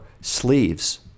sleeves